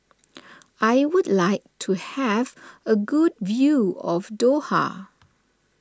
I would like to have a good view of Doha